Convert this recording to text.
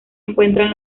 encuentran